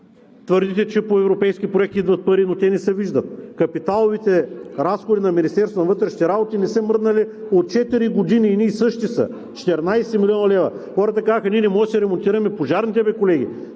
Твърдите, че по европейски проекти идват пари, но те не се виждат. Капиталовите разходи на Министерството на вътрешните работи не са мръднали от четири години, едни и същи са – 14 млн. лв. Хората казаха: ние не можем да си ремонтираме пожарните, колеги,